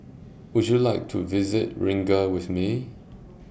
Would YOU like to visit Riga with Me